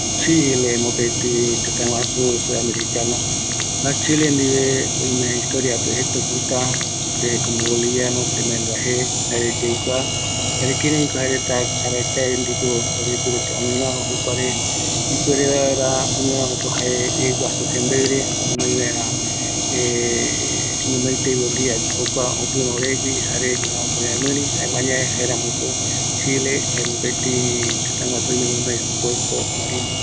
Kua chile, aendu yave opɨta seäkape arakae ñorärö oiko sërëtä ndiveva, ɨ guasu rembeɨreva, kutɨ kïraïko jaereta yogueru oikova Maetïɨ yaikua mbate, oïme jeta yaendu oiko juvisareta imbaepuere guevarupi, añave yaikuava jaeko ikavi yoguireko reta